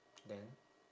and